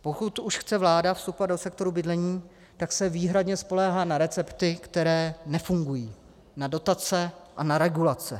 Pokud už chce vláda vstupovat do sektoru bydlení, tak se výhradně spoléhá na recepty, které nefungují na dotace a na regulace.